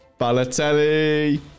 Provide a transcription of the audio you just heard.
Balotelli